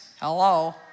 hello